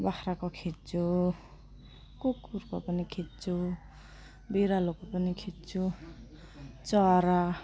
बाख्राको खिच्छु कुकुरको पनि खिच्छु बिरालोको पनि खिच्छु चरा